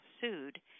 sued